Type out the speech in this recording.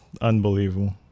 unbelievable